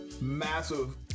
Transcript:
massive